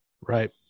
right